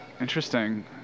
Interesting